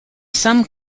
some